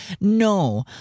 No